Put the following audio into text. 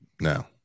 No